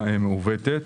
מעוותת,